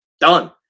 Done